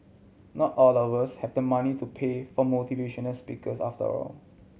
not all of us have the money to pay for motivational speakers after all